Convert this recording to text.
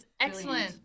excellent